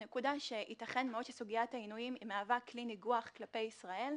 ייתכן מאוד שסוגיית העינויים מהווה כלי ניגוח כלפי ישראל,